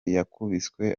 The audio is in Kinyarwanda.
yakubiswe